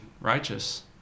righteous